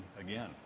again